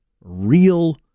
real